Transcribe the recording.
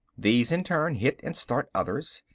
these in turn hit and start others.